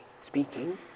speaking